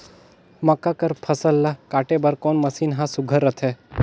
मक्का कर फसल ला काटे बर कोन मशीन ह सुघ्घर रथे?